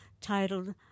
titled